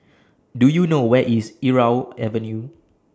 Do YOU know Where IS Irau Avenue